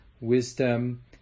wisdom